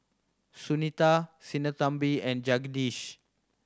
Sunita Sinnathamby and Jagadish